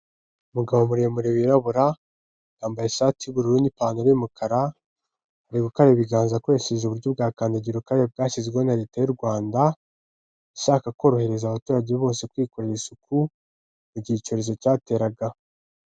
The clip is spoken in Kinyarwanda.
Umugabo muremure wirabura yambaye ishati y'ubururu n'ipantaro y'umukara, ari gukara ibiganza akoresheje uburyo bwa kandagira ukarabe bwashyizweho na leta y'u Rwanda, ishaka korohereza abaturage bose kwikorera isuku, mugihe icyorezo cyateraga.